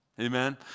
Amen